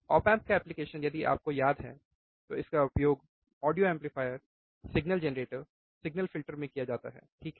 op amp का उपयोग यदि आपको याद है तो इसका उपयोग audio amplifier signal generator signal filter में किया जाता है ठीक है